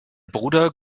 bruder